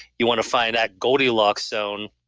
you want to find that goldilocks zone.